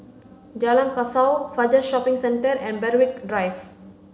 Jalan Kasau Fajar Shopping Centre and Berwick Drive